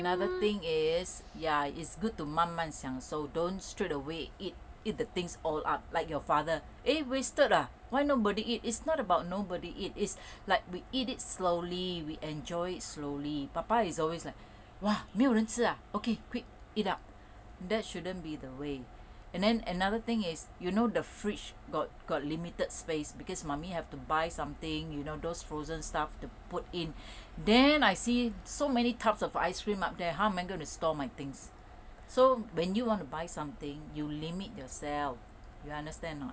other thing is ya is good to 慢慢享受 don't straight away eat eat the things all up like your father eh wasted ah why nobody eat is not about nobody eat is like we eat it slowly we enjoy it slowly 爸爸 is always like !wah! 没有人吃 ah okay quick eat up that shouldn't be the way and then another thing is you know the fridge got got limited space because mummy have to buy something you know those frozen stuff to put in then I see so many types of ice cream up there how am I going to store my things so when you want to buy something you limit yourself you understand or not